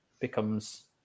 becomes